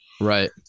Right